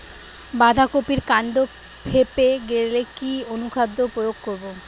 বাঁধা কপির কান্ড ফেঁপে গেলে কি অনুখাদ্য প্রয়োগ করব?